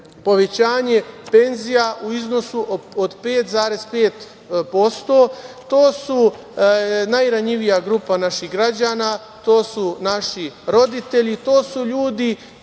povećanje penzija u iznosu od 5,5%. To je najranjivija grupa naših građana, to su naši roditelji, to su ljudi